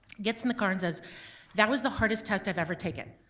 gets in the car and says that was the hardest test i've ever taken.